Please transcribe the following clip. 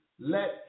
let